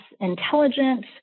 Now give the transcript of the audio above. intelligent